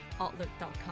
outlook.com